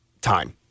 time